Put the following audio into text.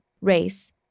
race